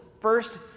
first